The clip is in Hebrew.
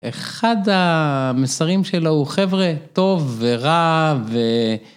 אחד המסרים שלו הוא חבר'ה טוב ורע ו...